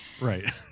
Right